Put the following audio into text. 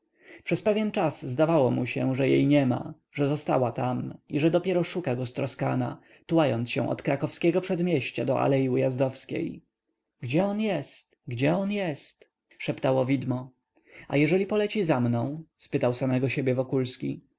pewien czas zdawało mu się że jej niema że została tam i że dopiero szuka go stroskana tułając się od krakowskiego-przedmieścia do alei ujazdowskiej gdzie on jest gdzie on jest szeptało widmo a jeżeli poleci za mną spytał samego siebie wokulski